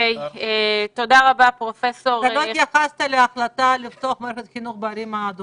לא התייחסת להחלטה לפתוח את המערכת החינוך בערים האדומות.